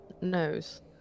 knows